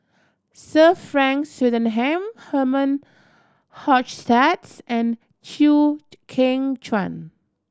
Sir Frank Swettenham Herman Hochstadt and Chew Kheng Chuan